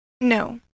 No